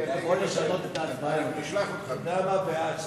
את הצעת חוק בתי-הדין הדתיים הדרוזיים (תיקון מס'